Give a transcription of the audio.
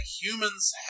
humans